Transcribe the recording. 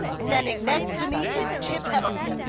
standing next to me is chip heddleston,